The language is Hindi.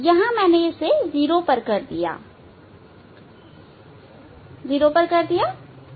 यहां मैंने इसे 0 पर कर दिया है